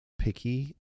picky